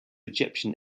egyptian